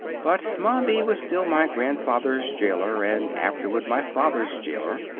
but mombi was still my grandfather's jailor, and afterward my father's jailor.